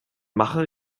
mache